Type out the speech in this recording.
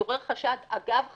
כשהתעורר חשד אגב חקירה,